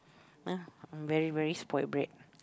ya I'm very very spoiled brat